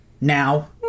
now